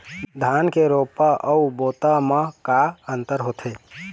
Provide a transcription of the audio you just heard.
धन के रोपा अऊ बोता म का अंतर होथे?